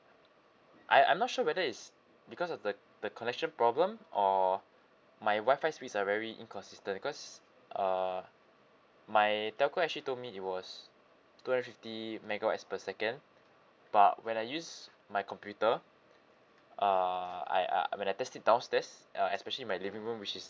I I'm not sure whether is because of the the connection problem or my wi-fi speeds are very inconsistent cause uh my telco actually told me it was two hundred fifty megabytes per second but when I use my computer uh I uh when I test it downstairs uh especially in my living room which is